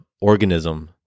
organism